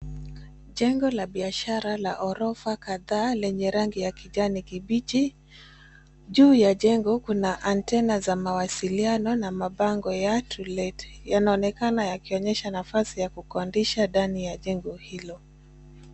Jengo la biashara la ghorofa kadhaa lenye rangi ya kijani kibichi. Juu ya jengo kuna antena za mawasiliano na mabango ya To Let yanaonekana yakionyesha nafasi ya kukodisha ndani ya jengo hilo.